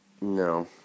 no